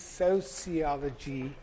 sociology